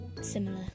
similar